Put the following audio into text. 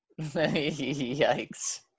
Yikes